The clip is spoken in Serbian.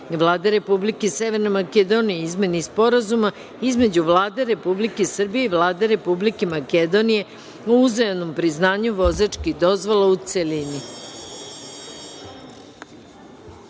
Vlade Republike Severne Makedonije, o izmeni Sporazuma između Vlade Republike Srbije i Vlade Republike Makedonije o uzajamnom priznanju vozačkih dozvola, u